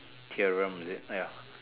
theorem is it ah ya